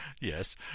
Yes